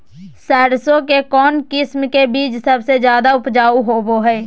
सरसों के कौन किस्म के बीच सबसे ज्यादा उपजाऊ होबो हय?